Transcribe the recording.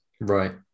Right